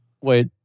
wait